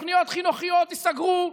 תוכניות חינוכיות ייסגרו,